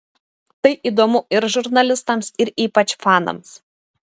tai įdomu ir žurnalistams ir ypač fanams